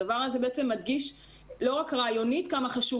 הדבר הזה מדגיש לא רק רעיונית כמה חשוב